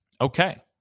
Okay